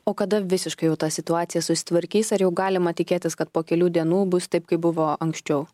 o kada visiškai jau ta situacija susitvarkys ar jau galima tikėtis kad po kelių dienų bus taip kaip buvo anksčiau